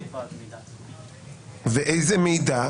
ואיזה מידע.